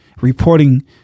reporting